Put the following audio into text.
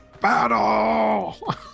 Battle